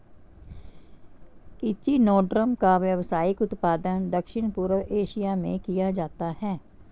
echinoderm का व्यावसायिक उत्पादन दक्षिण पूर्व एशिया में किया जाता है